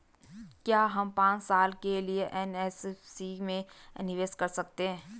क्या हम पांच साल के लिए एन.एस.सी में निवेश कर सकते हैं?